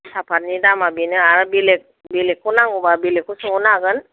साफातनि दामा बेनो आरो बेलेग बेलेगखौ नांगौबा बेलेगखौ सोंहरनो हागोन